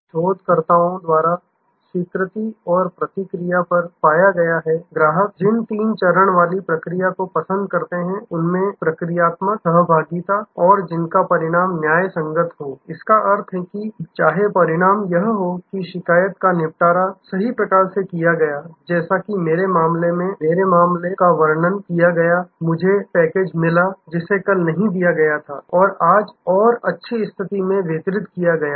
शोधकर्ताओं द्वारा स्वीकृति और प्रतिक्रिया पर पाया गया है ग्राहक जिन तीन चरण वाली प्रक्रिया को पसंद करते हैं उनमें प्रक्रियात्मक सहभागिता और जिनका परिणाम न्याय संगत हो इसका अर्थ है कि चाहे परिणाम यह हो कि शिकायत का निपटारा सही प्रकार से किया गया जैसा कि मेरे मामले में मेरे द्वारा मामले का वर्णन किया गया मुझे मेरा पैकेज मिला जिसे कल नहीं दिया गया था इसे आज और अच्छी स्थिति में वितरित किया गया है